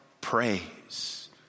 praise